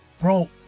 bro